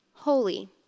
holy